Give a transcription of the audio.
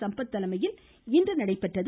சம்பத் தலைமையில் இன்று நடைபெற்றது